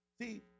See